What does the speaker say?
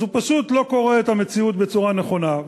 אז הוא פשוט לא קורא את המציאות בצורה נכונה,